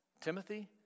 Timothy